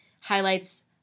highlights